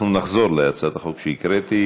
ונחזור להצעת החוק שהקראתי.